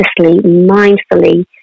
mindfully